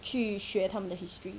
去学他们的 history